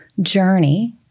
journey